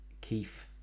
Keith